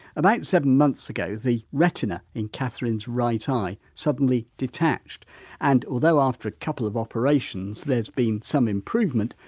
about seven months ago the retina in catherine's right eye suddenly detached and although after a couple of operations there's been some improvement,